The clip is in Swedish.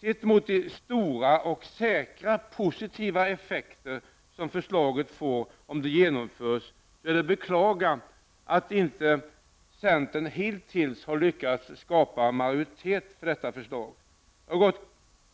Sett mot de stora och säkra positiva effekter som förslaget får om det genomförs, är det att beklaga att centern inte hittills har lyckats skapa majoritet för detta förslag. Jag har